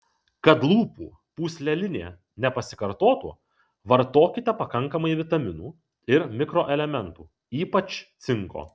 kad lūpų pūslelinė nepasikartotų vartokite pakankamai vitaminų ir mikroelementų ypač cinko